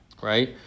right